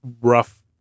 rough